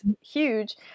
huge